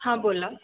हां बोला